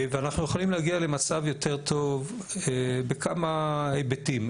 אנחנו יכולים להגיע למצב יותר טוב בכמה היבטים.